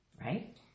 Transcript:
Right